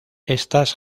estas